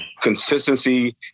consistency